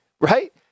right